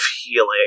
healing